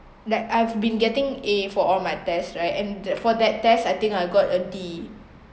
like I've been getting A for all my test right and that for that test I think I got a D